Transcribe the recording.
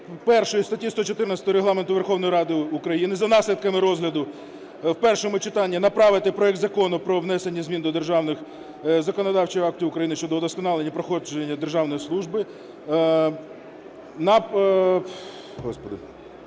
першої статті 114 Регламенту Верховної Ради України за наслідками розгляду в першому читанні направити проект Закону про внесення змін до деяких законодавчих актів України щодо вдосконалення проходження державної служби